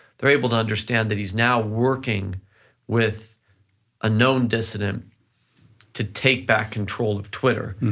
they're able to understand that he's now working with a known dissident to take back control of twitter.